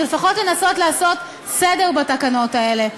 זה לפחות לנסות לעשות סדר בתקנות האלה.